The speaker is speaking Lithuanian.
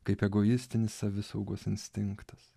kaip egoistinis savisaugos instinktas